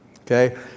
Okay